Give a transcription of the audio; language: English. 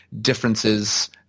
differences